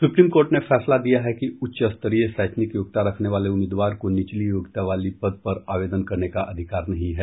supreme court ने फैसला दिया है कि उच्चस्तरीय शैक्षणिक योग्यता रखने वाले उम्मीदवार को निचली योग्यता वाली पद पर आवेदन करने का अधिकार नहीं है